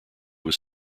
was